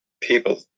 people